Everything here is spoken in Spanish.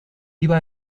iba